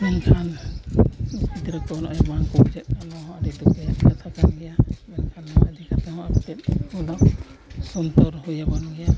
ᱢᱮᱱᱠᱷᱟᱱ ᱩᱱᱠᱩ ᱜᱤᱫᱽᱨᱟᱹ ᱠᱚ ᱱᱚᱜᱼᱚᱸᱭ ᱵᱟᱝ ᱠᱚ ᱵᱩᱡᱷᱟᱹᱜ ᱠᱟᱱᱟ ᱱᱚᱣᱟ ᱦᱚᱸ ᱟᱹᱰᱤ ᱫᱩᱠ ᱨᱮᱭᱟᱜ ᱠᱟᱛᱷᱟ ᱠᱟᱱ ᱜᱮᱭᱟ ᱢᱮᱱᱠᱷᱟᱱ ᱱᱚᱣᱟ ᱤᱫᱤ ᱠᱟᱛᱮ ᱦᱚᱸ ᱟᱹᱰᱤ ᱛᱮᱫ ᱥᱚᱱᱛᱚᱨ ᱦᱩᱭ ᱟᱵᱚᱱ ᱜᱮᱭᱟ